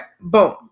boom